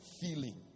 feeling